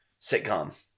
Sitcom